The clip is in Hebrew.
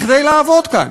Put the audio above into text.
כדי לעבוד כאן,